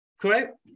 Correct